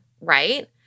right